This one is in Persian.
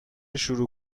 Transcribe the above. شروع